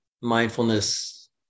mindfulness